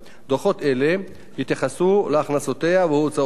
דוחות אלה יתייחסו להכנסותיה והוצאותיה